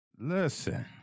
listen